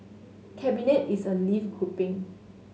cabinet is a live grouping